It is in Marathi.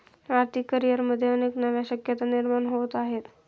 आर्थिक करिअरमध्ये अनेक नव्या शक्यता निर्माण होत आहेत